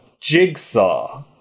Jigsaw